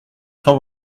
cent